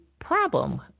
problem